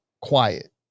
quiet